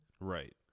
Right